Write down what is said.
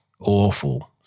awful